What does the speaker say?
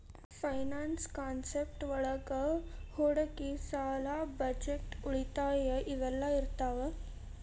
finance concept ಒಳಗ ಹೂಡಿಕಿ ಸಾಲ ಬಜೆಟ್ ಉಳಿತಾಯ ಇವೆಲ್ಲ ಇರ್ತಾವ